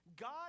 God